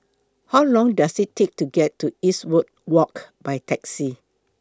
How Long Does IT Take to get to Eastwood Walk By Taxi